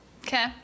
Okay